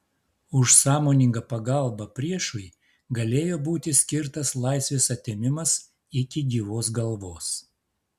už sąmoningą pagalbą priešui galėjo būti skirtas laisvės atėmimas iki gyvos galvos